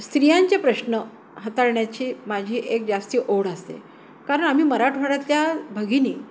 स्त्रियांचे प्रश्न हाताळण्याची माझी एक जास्ती ओढ असते कारण आम्ही मराठवाड्यातल्या भगीनी